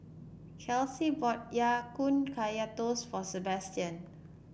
Kelsea bought Ya Kun Kaya Toast for Sebastian